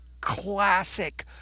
classic